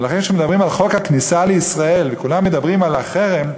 ואחרי שמדברים על חוק הכניסה לישראל וכולם מדברים על החרם,